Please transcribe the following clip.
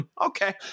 okay